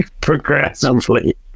progressively